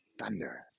thunder